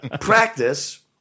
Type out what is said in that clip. practice